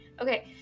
Okay